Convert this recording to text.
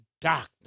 darkness